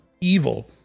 evil